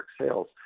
sales